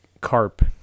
carp